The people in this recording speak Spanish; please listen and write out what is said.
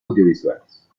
audiovisuales